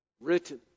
written